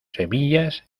semillas